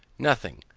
nothing.